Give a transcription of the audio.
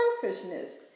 selfishness